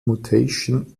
mutation